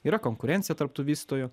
yra konkurencija tarp tų vystojų